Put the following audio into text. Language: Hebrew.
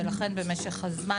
ולכן במשך הזמן,